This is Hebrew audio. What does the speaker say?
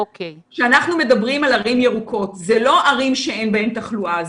כשאנחנו מדברים על ערים ירוקות זה לא ערים שאין בהן תחלואה,